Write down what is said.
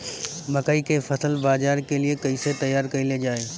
मकई के फसल बाजार के लिए कइसे तैयार कईले जाए?